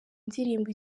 ndirimbo